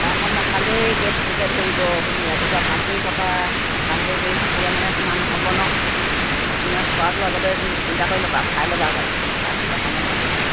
টাইমত নাখালেই গেষ্ট্ৰিকে ধৰিব তুমি ৰাতিপুৱা কাম কৰি থকা কাম কৰি কৰি থাকিলে মানে তোমাৰ নহ'ব ন মানে খোৱাটো আগতে চিন্তা কৰি ল'বা খাই ল'বা আগতে তাৰপিছতে কামত লাগিবা